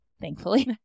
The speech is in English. thankfully